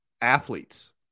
athletes